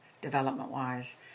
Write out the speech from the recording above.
development-wise